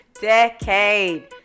Decade